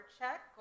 check